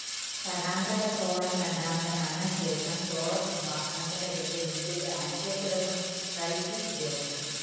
പരാന്തക ചോളൻ രണ്ടാമന്റെ മരണ ശേഷം ചോള സിംഹാസനത്തിന്റെ പിന്തുടർച്ചയിലെ ആശയക്കുഴപ്പം കൽക്കി ഉപയോഗപ്പെടുത്തി